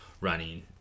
running